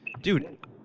dude